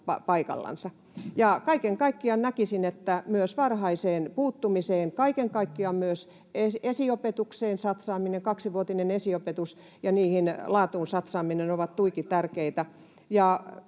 paikallansa. Kaiken kaikkiaan näkisin, että myös varhainen puuttuminen, myös esiopetukseen satsaaminen, kaksivuotinen esiopetus, ja laatuun satsaaminen ovat tuiki tärkeitä.